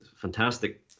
fantastic